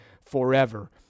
forever